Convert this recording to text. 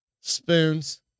spoons